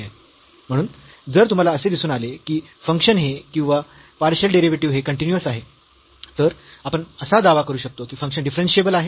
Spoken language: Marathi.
म्हणून जर तुम्हाला असे दिसून आले की फंक्शन हे किंवा पार्शियल डेरिव्हेटिव्ह हे कन्टीन्यूअस आहे तर आपण असा दावा करू शकतो की फंक्शन डिफरन्शियेबल आहे